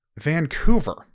Vancouver